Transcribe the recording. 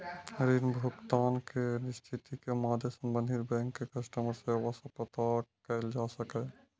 ऋण भुगतान के स्थिति के मादे संबंधित बैंक के कस्टमर सेवा सं पता कैल जा सकैए